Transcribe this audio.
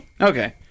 Okay